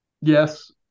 Yes